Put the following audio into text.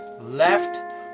left